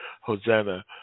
hosanna